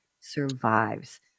survives